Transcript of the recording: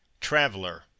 Traveler